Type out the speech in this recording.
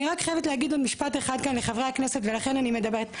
אני חייבת להגיד במשפט אחד לחברי הכנסת ולכן אני מדברת.